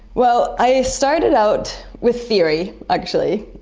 well, i started out with theory actually.